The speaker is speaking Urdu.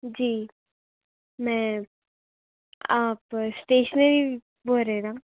جی میں آپ اسٹیشنری بول رہے ہیں نا